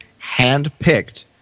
handpicked